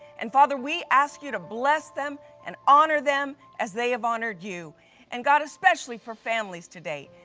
and father, we ask you to bless them and honor them as they have honored you and god especially for families today.